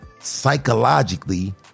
psychologically